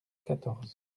quatorze